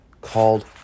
called